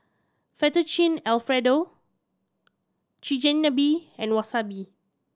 Fettuccine Alfredo Chigenabe and Wasabi